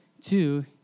Two